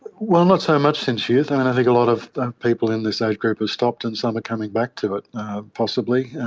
well, not so much since youth, and i think a lot of people in this age group have stopped and some are coming back to it possibly.